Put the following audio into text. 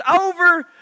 over